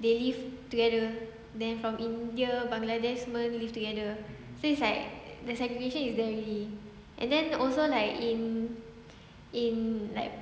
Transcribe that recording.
they live together then from india bangladesh semua live together since like the segregation is there already and then also like in in like